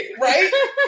right